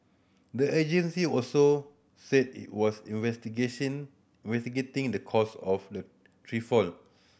the agency also said it was investigation investigating the cause of the tree fall